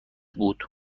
بود